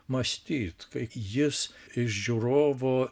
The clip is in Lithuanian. mąstyt kai jis iš žiūrovo